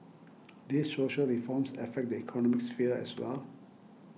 these social reforms affect the economic sphere as well